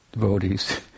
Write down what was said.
devotees